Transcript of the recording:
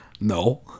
No